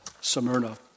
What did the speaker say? Smyrna